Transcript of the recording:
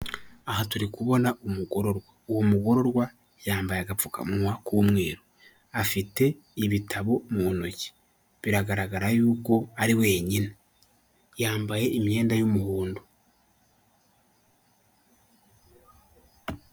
Aba ni abantu benshi bari ahantu hamwe higanjemo abagore ndetse n'abagabo, bazamuye ibiganza byabo hejuru bafite amadarapo yanditseho FPR agizwe n'umutuku umweru n'ubururu.